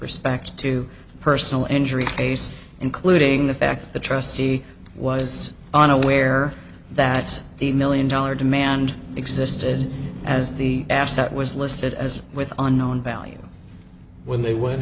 respect to the personal injury case including the fact that the trustee was unaware that the million dollar demand existed as the asset was listed as with unknown value when they w